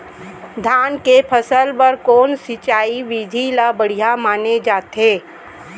धान के फसल बर कोन सिंचाई विधि ला बढ़िया माने जाथे?